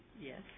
yes